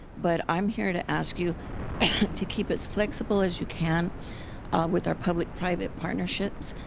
but i'm here to ask you to keep it as flexible as you can with our public private partnerships.